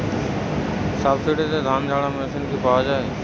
সাবসিডিতে ধানঝাড়া মেশিন কি পাওয়া য়ায়?